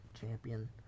champion